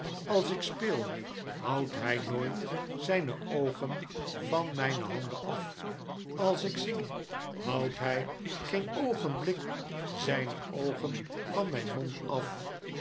als ik speel houdt hij nooit zijne oogen van mijne handen af als ik zing houdt hij geen oogenblik zijne oogen van mijn mond af